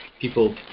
people